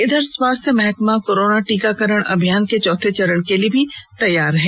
इधर स्वास्थ्य महकमा कोरोना टीकाकरण अभियान के चौथे चरण के लिए तैयार है